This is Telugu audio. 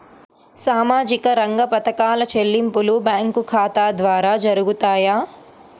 సామాజిక రంగ పథకాల చెల్లింపులు బ్యాంకు ఖాతా ద్వార జరుగుతాయా?